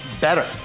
Better